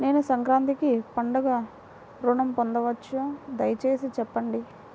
నేను సంక్రాంతికి పండుగ ఋణం పొందవచ్చా? దయచేసి చెప్పండి?